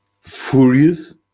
furious